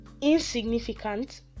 insignificant